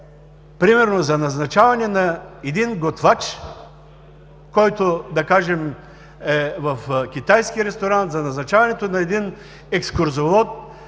Например за назначаването на един готвач, който, да кажем, е в китайски ресторант, за назначаването на един екскурзовод,